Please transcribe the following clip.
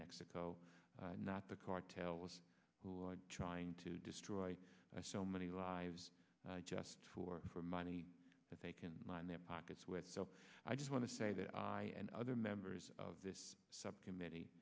mexico not the cartels who are trying to destroy so many lives just for the money that they can mine their pockets with so i just want to say that i and other members of this subcommittee